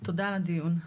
תודה על הדיון,